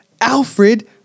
Alfred